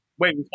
Wait